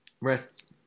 Rest